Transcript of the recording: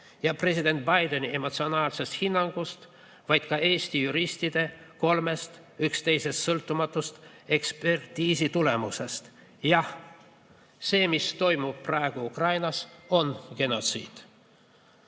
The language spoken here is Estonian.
ja president Bideni emotsionaalsest hinnangust, vaid ka Eesti juristide kolmest üksteisest sõltumatust ekspertiisitulemusest. Jah, see, mis toimub praegu Ukrainas, on genotsiid.